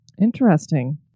Interesting